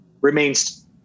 remains